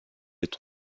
est